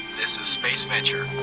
this is space venture.